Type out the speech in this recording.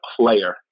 player